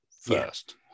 first